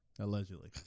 Allegedly